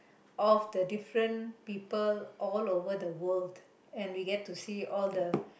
of the different people all over the world and we get to see all the